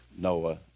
Noah